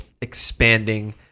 expanding